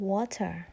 Water